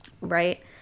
Right